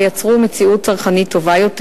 ויצרו מציאות צרכנית טובה יותר.